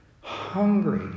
hungry